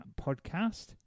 Podcast